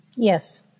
Yes